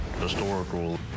historical